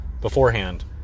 beforehand